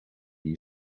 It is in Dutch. die